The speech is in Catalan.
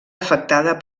afectada